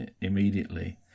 immediately